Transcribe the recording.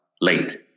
late